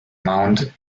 mount